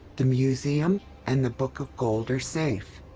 the museum and the book of gold are safe.